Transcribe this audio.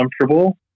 comfortable